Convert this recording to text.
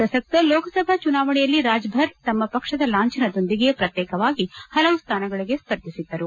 ಪ್ರಸಕ್ತ ಲೋಕಸಭಾ ಚುನಾವಣೆಯಲ್ಲಿ ರಾಜಭರ್ ತಮ್ಮ ಪಕ್ಷದ ಲಾಂಛನದೊಂದಿಗೆ ಪ್ರತ್ಯೇಕವಾಗಿ ಹಲವು ಸ್ಥಾನಗಳಿಗೆ ಸ್ಪರ್ಧಿಸಿದ್ದರು